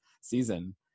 season